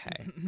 okay